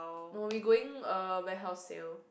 no we going uh warehouse sale